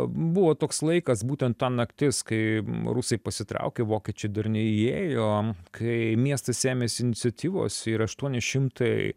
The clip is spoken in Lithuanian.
buvo toks laikas būtent ta naktis kai rusai pasitraukė vokiečiai dar neįėjo kai miestas ėmėsi iniciatyvos ir aštuoni šimtai